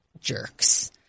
jerks